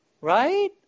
Right